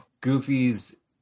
Goofy's